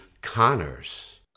Connors